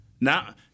Now